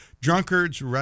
drunkards